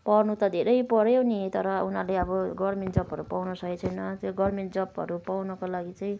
पढ्नु त धेरै पढ्यो नि तर उनीहरूले अब गभर्मेन्ट जबहरू पाउनु सकेको छैन त्यो गभर्मेन्ट जबहरू पाउनको लागि चाहिँ